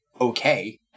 Okay